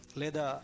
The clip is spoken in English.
leda